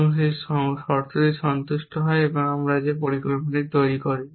এবং সেই শর্তটি সন্তুষ্ট হয় আমরা যে পরিকল্পনাটি তৈরি করি